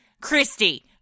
Christy